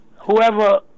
whoever